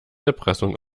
erpressung